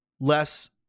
less